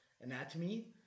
Anatomy